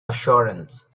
assurance